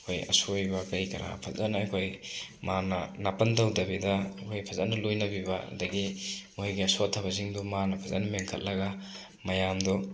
ꯑꯩꯈꯣꯏ ꯑꯁꯣꯏꯕ ꯀꯔꯤ ꯀꯔꯥ ꯐꯖꯅ ꯑꯩꯈꯣꯏ ꯃꯥꯅ ꯅꯥꯄꯟ ꯇꯧꯗꯕꯤꯗ ꯑꯩꯈꯣꯏ ꯐꯖꯅ ꯂꯣꯏꯅꯕꯤꯕ ꯑꯗꯒꯤ ꯃꯣꯏꯒꯤ ꯁꯣꯊꯕꯁꯤꯡꯗꯣ ꯃꯥꯅ ꯐꯖꯅ ꯃꯦꯟꯈꯠꯂꯒ ꯃꯌꯥꯝꯗꯨ